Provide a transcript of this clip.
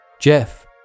Jeff